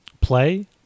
Play